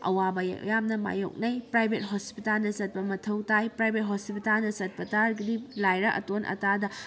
ꯑꯋꯥꯕ ꯌꯥꯝꯅ ꯃꯌꯣꯛꯅꯩ ꯄ꯭ꯔꯥꯏꯚꯦꯠ ꯍꯣꯁꯄꯤꯇꯥꯜꯗ ꯆꯠꯄ ꯃꯊꯧ ꯇꯥꯏ ꯄ꯭ꯔꯥꯏꯚꯦꯠ ꯍꯣꯁꯄꯤꯇꯥꯜꯗ ꯆꯠꯄ ꯇꯥꯔꯒꯗꯤ ꯂꯥꯏꯔ ꯑꯇꯣꯟ ꯑꯇꯥꯗ